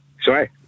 Sorry